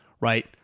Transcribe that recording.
right